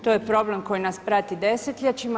To je problem koji nas prati desetljećima.